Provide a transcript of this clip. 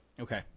Okay